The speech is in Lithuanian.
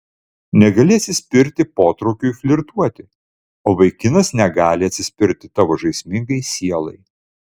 negali atsispirti potraukiui flirtuoti o vaikinas negali atsispirti tavo žaismingai sielai